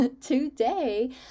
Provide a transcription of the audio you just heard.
Today